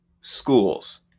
schools